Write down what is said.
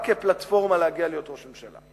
רק כפלטפורמה להגיע להיות ראש ממשלה.